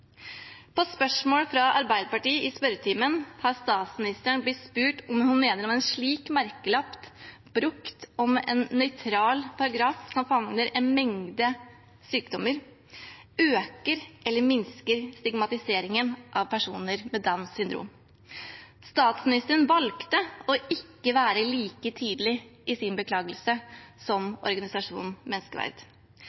På spørsmål fra Arbeiderpartiet i spørretimen har statsministeren blitt spurt om hun mener at en slik merkelapp, brukt om en nøytral paragraf som favner en mengde sykdommer, øker eller minsker stigmatiseringen av personer med Downs syndrom. Statsministeren valgte å ikke være like tydelig i sin beklagelse som